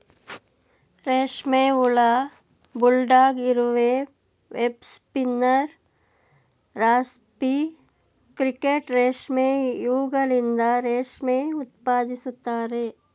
ರೇಷ್ಮೆ ಹುಳ, ಬುಲ್ಡಾಗ್ ಇರುವೆ, ವೆಬ್ ಸ್ಪಿನ್ನರ್, ರಾಸ್ಪಿ ಕ್ರಿಕೆಟ್ ರೇಷ್ಮೆ ಇವುಗಳಿಂದ ರೇಷ್ಮೆ ಉತ್ಪಾದಿಸುತ್ತಾರೆ